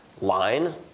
line